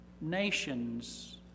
nations